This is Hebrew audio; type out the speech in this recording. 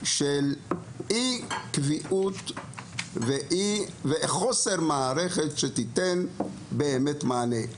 של אי קביעות ושל חוסר מערכת שתיתן מענה.